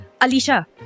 Alicia